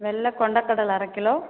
வெள்ளை கொண்டக்கடலை அரை கிலோ